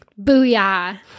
Booyah